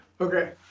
okay